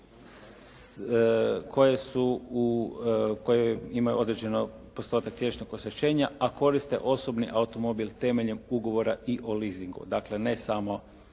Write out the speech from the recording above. koje imaju određeni postotak tjelesnog oštećenja, a koriste osobni automobil temeljem ugovora i o lizingu. Dakle, ne samo